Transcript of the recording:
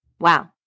wow